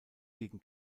gegen